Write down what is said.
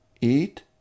eat